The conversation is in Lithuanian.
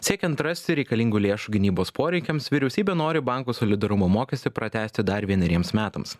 siekiant rasti reikalingų lėšų gynybos poreikiams vyriausybė nori banko solidarumo mokestį pratęsti dar vieneriems metams